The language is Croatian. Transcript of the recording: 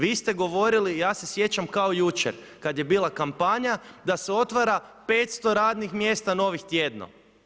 Vi ste govorili ja se sjećam kao jučer, kada je bila kampanja da se otvara 500 radnih mjesta novih tjedno.